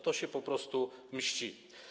To się po prostu mści.